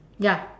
ya